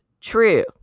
true